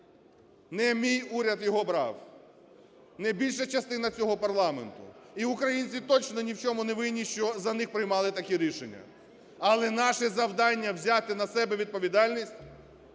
Не мій уряд його брав, не більша частина цього парламенту, і українці точно ні в чому не винні, що за них приймали такі рішення. Але наше завдання – взяти на себе відповідальність